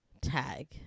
tag